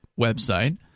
website